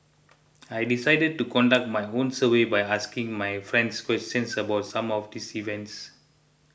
I decided to conduct my own survey by asking my friends questions about some of these events